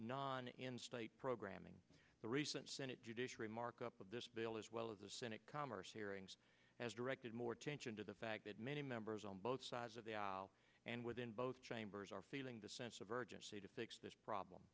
non and state programming the recent senate judiciary markup of this bill as well as the senate commerce hearings has directed more attention to the fact that many members on both sides of the and within both chambers are feeling the sense of urgency to fix this problem